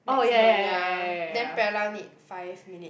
maximum ya then parallel need five minute